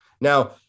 Now